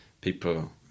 people